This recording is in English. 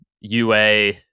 UA